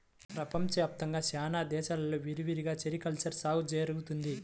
ప్రపంచ వ్యాప్తంగా చాలా దేశాల్లో విరివిగా సెరికల్చర్ సాగు జరుగుతున్నది